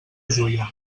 juià